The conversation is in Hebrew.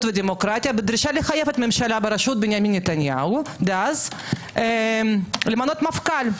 ודמוקרטיה בבקשה לחייב את הממשלה בראשות נתניהו דאז למנות מפכ"ל.